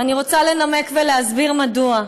ואני רוצה לנמק ולהסביר מדוע,